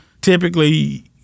Typically